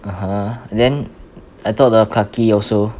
(uh huh) then I thought the clarke quay also